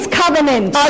covenant